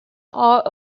are